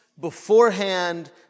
beforehand